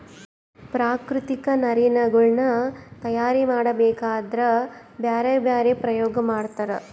ಪ್ರಾಕೃತಿಕ ನಾರಿನಗುಳ್ನ ತಯಾರ ಮಾಡಬೇಕದ್ರಾ ಬ್ಯರೆ ಬ್ಯರೆ ಪ್ರಯೋಗ ಮಾಡ್ತರ